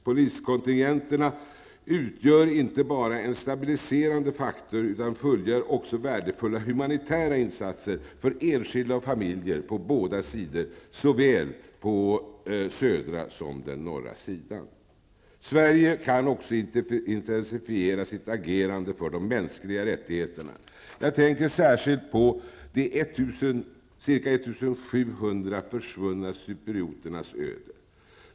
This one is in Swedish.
Poliskontingenterna utgör inte bara en stabiliserande faktor utan fullgör också värdefulla humanitära insatser för enskilda och familjer på båda sidor, såväl på den södra som på den norra sidan. Sverige kan också intensifiera sitt agerande för de mänskliga rättigheterna. Jag tänker särskilt på de ca 1 700 försvunna cyprioternas öde.